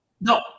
No